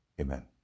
Amen